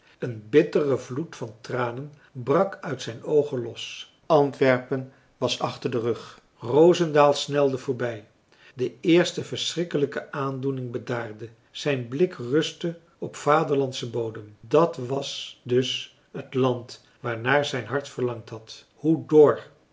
een bittere vloed van tranen brak uit zijn oogen los antwerpen was achter den rug rozendaal snelde voorbij de eerste verschrikkelijke aandoening bedaarde zijn blik rustte op vaderlandschen bodem dat was dus het land waarnaar zijn hart verlangd had hoe dor